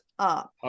up